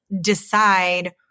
decide